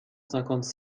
cinquante